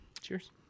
Cheers